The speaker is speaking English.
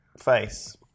face